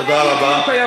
אז למה אתה מדבר אלינו?